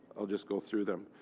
i'll just go through them.